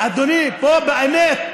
אדוני, פה, באמת,